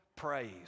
praise